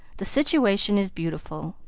the situation is beautiful.